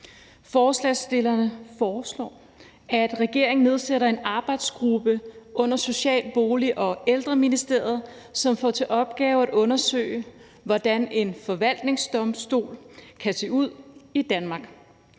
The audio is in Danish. Forslagsstillerne foreslår, at regeringen nedsætter en arbejdsgruppe under Social-, Bolig- og Ældreministeriet, som får til opgave at undersøge, hvordan en forvaltningsdomstol kan se ud i Danmark.